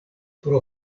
pro